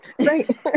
Right